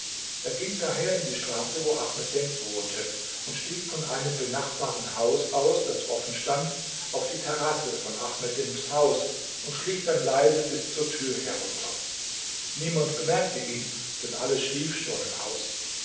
er ging daher in die straße wo ahmed denf wohnte und stieg von einem benachbarten haus aus das offen stand auf die terrasse von ahmed denfs haus und schlich dann leise bis zur tür herunter niemand bemerkte ihn denn alles schlief schon im haus